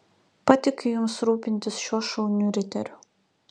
patikiu jums rūpintis šiuo šauniu riteriu